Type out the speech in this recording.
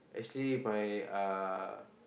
actually by uh